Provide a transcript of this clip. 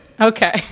Okay